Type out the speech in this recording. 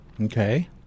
okay